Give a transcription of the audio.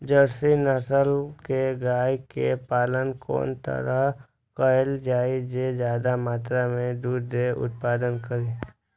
Jersey नस्ल के गाय के पालन कोन तरह कायल जाय जे ज्यादा मात्रा में दूध के उत्पादन करी?